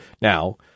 now